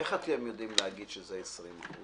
איך אתם יודעים להגיד שזה 20%?